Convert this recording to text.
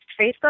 Facebook